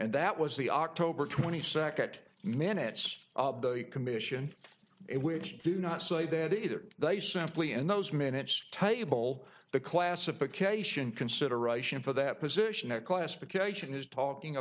and that was the october twenty second minutes of the commission which do not say that either they simply in those minutes tell you poll the classification consideration for that position a classification is talking